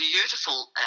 beautiful